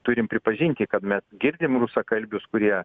turim pripažinti kad mes girdim rusakalbius kurie